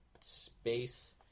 space